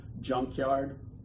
junkyard